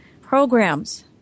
programs